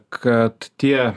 kad tie